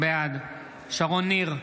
בעד שרון ניר,